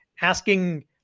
asking